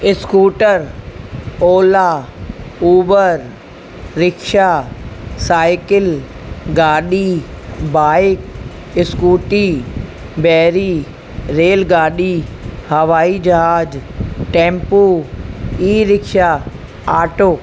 scooter Ola Uber rickshaw cycle गाॾी bike scooty बेड़ी rail गाॾी हवाई जहाज टैंपू ई रिक्शा आटो